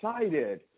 excited